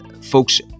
folks